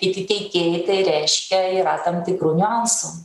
kiti teikėjai tai reiškia yra tam tikrų niuansų